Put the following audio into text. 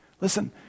Listen